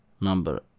number